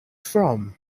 from